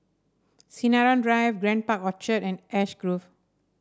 Sinaran Drive Grand Park Orchard and Ash Grove